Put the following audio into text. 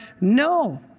no